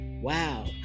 Wow